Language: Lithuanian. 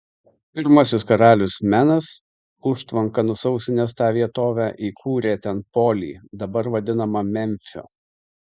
pirmasis karalius menas užtvanka nusausinęs tą vietovę įkūrė ten polį dabar vadinamą memfiu